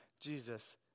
Jesus